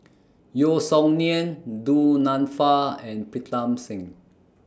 Yeo Song Nian Du Nanfa and Pritam Singh